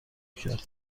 کرد